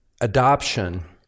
Adoption